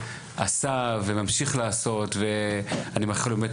עשה וממשיך לעשות ואני מאחל לו באמת,